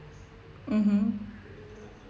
mmhmm